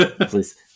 please